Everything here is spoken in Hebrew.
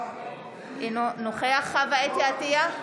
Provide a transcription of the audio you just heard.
אינו נוכח חוה אתי עטייה,